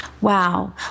wow